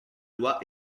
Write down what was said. loi